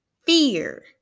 fear